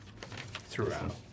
throughout